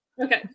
okay